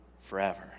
forever